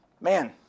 man